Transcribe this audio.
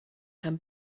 can